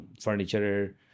furniture